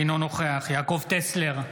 אינו נוכח יעקב טסלר,